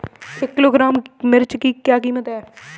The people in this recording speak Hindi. एक किलोग्राम मिर्च की कीमत क्या है?